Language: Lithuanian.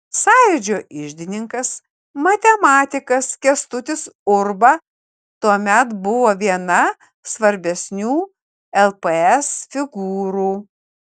sąjūdžio iždininkas matematikas kęstutis urba tuomet buvo viena svarbesnių lps figūrų